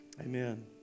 amen